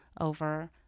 over